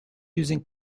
using